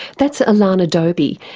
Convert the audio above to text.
that's alana dobie,